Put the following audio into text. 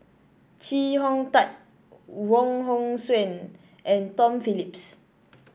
Chee Hong Tat Wong Hong Suen and Tom Phillips